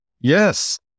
Yes